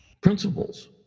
principles